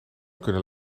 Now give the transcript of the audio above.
kunnen